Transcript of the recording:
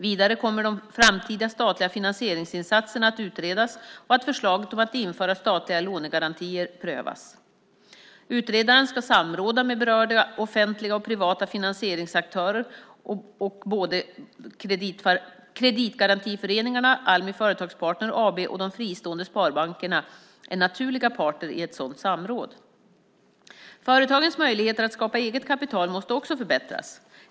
Vidare kommer de framtida statliga finansieringsinsatserna att utredas och förslaget om att införa statliga lånegarantier att prövas. Utredaren ska samråda med berörda offentliga och privata finansieringsaktörer. Både kreditgarantiföreningarna, Almi Företagspartner AB, och de fristående sparbankerna är naturliga parter i ett sådant samråd. Företagens möjligheter att skapa eget kapital måste också förbättras.